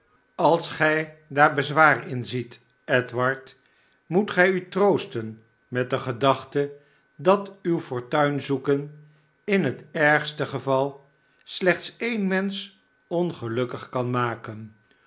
als gij daar bezwaar in ziet edward moet gij u troosten met de gedachte dat uw fortuinzoeken in het ergste geval slechts ee'n mensch ongelukkig kan maken